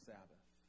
Sabbath